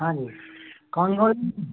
हाँ जी कौन बोल